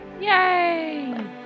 Yay